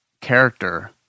character